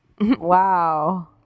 wow